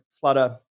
Flutter